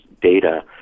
data